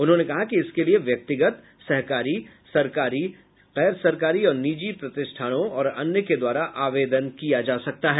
उन्होंने कहा कि इसके लिए व्यक्तिगत सहकारी सरकारी गैर सरकारी और निजी प्रतिष्ठानों और अन्य के द्वारा आवेदन किया जा सकता है